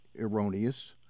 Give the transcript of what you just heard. erroneous